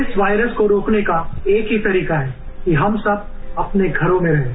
इस वायरस को रोकने का एक ही तरीका है कि हम सब अपने घरों में रहें